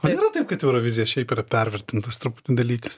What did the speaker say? o nėra taip kad eurovizija šiaip yra pervertintas truputį dalykas